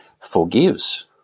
forgives